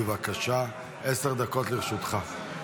בבקשה, עשר דקות לרשותך.